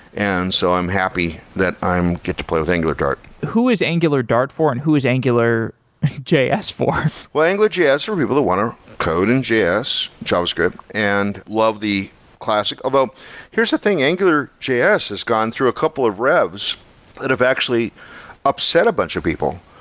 and so i'm happy that i get to play with angulardart. who is angulardart for and who is angular js for? well, angular js is for people that want to code in js, javascript, and love the classic. although here's the thing, angular js has gone through a couple of revs that have actually upset a bunch of people,